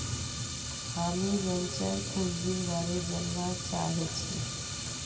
हामीं वेंचर पूंजीर बारे जनवा चाहछी